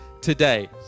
today